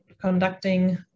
conducting